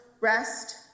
rest